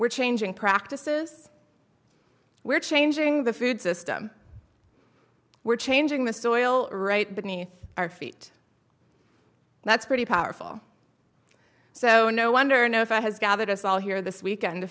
we're changing practices we're changing the food system we're changing the soil right beneath our feet that's pretty powerful so no wonder now if i has gathered us all here this weekend to